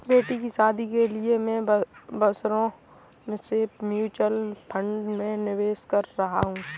बेटी की शादी के लिए मैं बरसों से म्यूचुअल फंड में निवेश कर रहा हूं